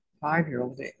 five-year-old